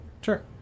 Sure